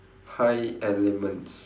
high elements